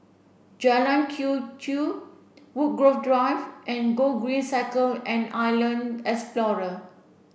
Jalan Quee Chew Woodgrove Drive and Gogreen Cycle and Island Explorer